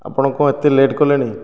ଆପଣ କ'ଣ ଏତେ ଲେଟ୍ କଲେଣି